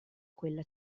quella